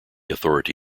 authority